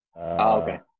Okay